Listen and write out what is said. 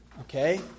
Okay